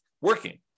working